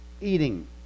eating